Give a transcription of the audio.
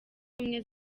ubumwe